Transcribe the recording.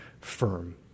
firm